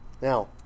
Now